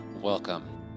Welcome